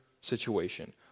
situation